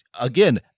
Again